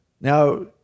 Now